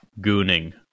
gooning